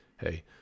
hey